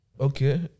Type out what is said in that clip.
Okay